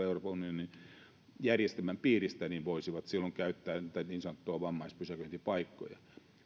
euroopan unionin järjestelmän piiristä voisivat silloin käyttää näitä niin sanottuja vammaispysäköintipaikkoja